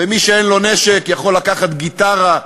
ומי שאין לו נשק יכול לקחת גיטרה,